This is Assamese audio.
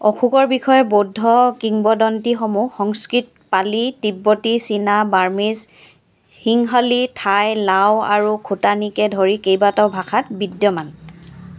অশোকৰ বিষয়ে বৌদ্ধ কিংবদন্তিসমূহ সংস্কৃত পালি তিব্বতী চীনা বাৰ্মিজ সিংহলী থাই লাও আৰু খোটানীকে ধৰি কেইবাটাও ভাষাত বিদ্যমান